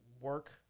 work